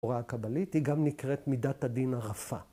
‫ההוראה הקבלית היא גם נקראת ‫מידת הדין הרפה.